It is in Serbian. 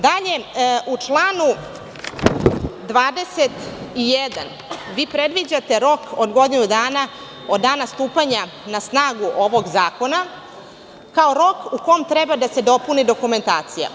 Dalje, u članu 21. predviđate rok od godinu dana od dana stupanja na snagu ovog zakona, kao rok u kome treba da se dopuni dokumentacija.